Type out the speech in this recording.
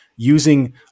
using